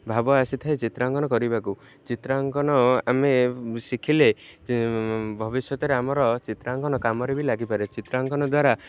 ଭାବ ଆସିଥାଏ ଚିତ୍ରାଙ୍କନ କରିବାକୁ ଚିତ୍ରାଙ୍କନ ଆମେ ଶିଖିଲେ ଭବିଷ୍ୟତରେ ଆମର ଚିତ୍ରାଙ୍କନ କାମରେ ବି ଲାଗିପାରେ ଚିତ୍ରାଙ୍କନ ଦ୍ୱାରା